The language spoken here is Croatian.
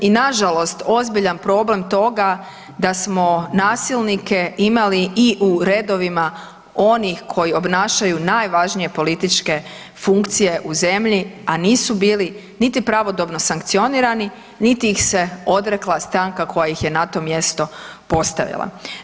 I na žalost ozbiljan problem toga da smo nasilnike imali i u redovima onih koji obnašaju najvažnije političke funkcije u zemlji, a nisu bili niti pravodobno sankcionirani niti ih se odrekla stranka koja ih je na to mjesto postavila.